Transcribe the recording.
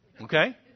Okay